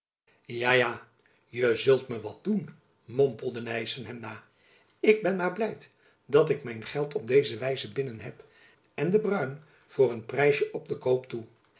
ja ja je zult me wat doen mompelde nyssen hem na ik ben maar blijd dat ik mijn geld op deze wijs binnen heb en den bruin voor een prijsjen op den koop toe